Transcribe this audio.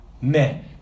men